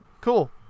cool